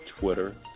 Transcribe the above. Twitter